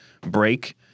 break